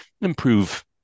improve